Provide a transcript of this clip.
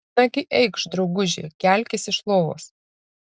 nagi eikš drauguži kelkis iš lovos